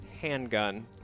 handgun